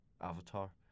Avatar